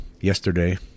yesterday